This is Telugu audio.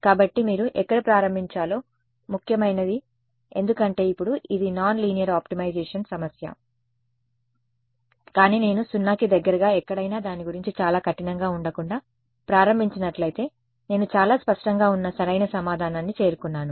కాబట్టి మీరు ఎక్కడ ప్రారంభించాలో ముఖ్యమైనది ఎందుకంటే ఇప్పుడు ఇది నాన్ లీనియర్ ఆప్టిమైజేషన్ సమస్య కానీ నేను 0 కి దగ్గరగా ఎక్కడైనా దాని గురించి చాలా కఠినంగా ఉండకుండా ప్రారంభించినట్లయితే నేను చాలా స్పష్టంగా ఉన్న సరైన సమాధానాన్ని చేరుకున్నాను